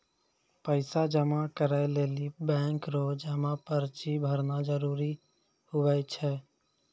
पैसा जमा करै लेली बैंक रो जमा पर्ची भरना जरूरी हुवै छै